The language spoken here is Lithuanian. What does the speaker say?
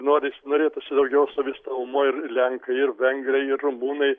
noris norėtųsi daugiau savistovumo ir lenkai ir vengrai ir rumunai